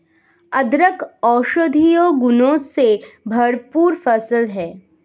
अदरक औषधीय गुणों से भरपूर फसल है